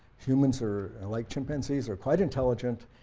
humans are like chimpanzees, we're quite intelligent,